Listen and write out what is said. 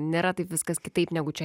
nėra taip viskas kitaip negu čia